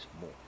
more